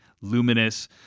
luminous